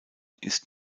ist